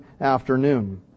afternoon